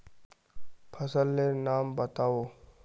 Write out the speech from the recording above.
फसल लेर नाम बाताउ?